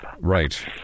Right